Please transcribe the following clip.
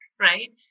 right